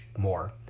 more